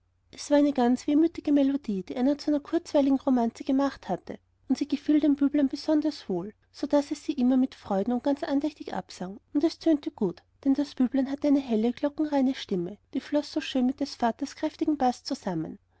es war eine ganz wehmütige melodie die einer zu der kurzweiligen romanze gemacht hatte und sie gefiel dem büblein besonders wohl so daß es sie immer mit freuden und ganz andächtig absang und es tönte gut denn das büblein hatte eine helle glockenreine stimme die floß so schön mit des vaters kräftigem baß zusammen